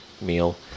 meal